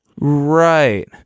right